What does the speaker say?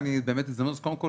זו הזדמנות לומר